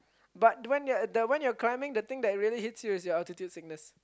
but when you're at the when you're climbing the thing that really hits you is your altitude sickness